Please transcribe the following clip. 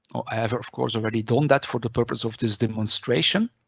i have, of course, already done that for the purpose of this demonstration.